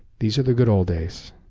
these are the good old days,